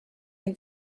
can